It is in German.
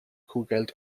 kugelt